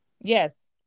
Yes